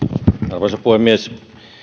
arvoisa puhemies